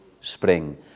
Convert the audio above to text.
spring